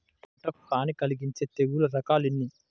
పంటకు హాని కలిగించే తెగుళ్ల రకాలు ఎన్ని?